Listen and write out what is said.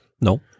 No